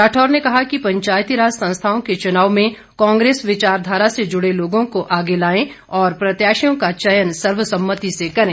राठौर ने कहा कि पंचायतीराज संस्थाओं के चुनाव में कांग्रेस विचारधारा से जुड़े लोगों को आगे लाएं और प्रत्याशियों का चयन सर्वसम्मति से करें